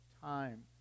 time